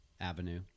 avenue